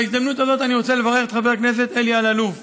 בהזדמנות הזאת אני רוצה לברך את חבר הכנסת אלי אלאלוף